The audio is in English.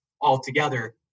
altogether